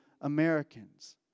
Americans